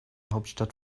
hauptstadt